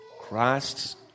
Christ's